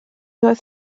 oedd